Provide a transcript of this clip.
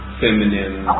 feminine